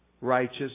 righteous